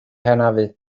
hanafu